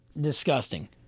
Disgusting